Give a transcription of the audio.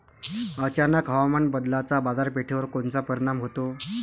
अचानक हवामान बदलाचा बाजारपेठेवर कोनचा परिणाम होतो?